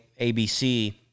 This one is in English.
ABC